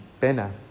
pena